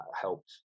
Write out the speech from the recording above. helped